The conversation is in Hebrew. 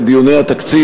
את דיוני התקציב,